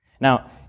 Now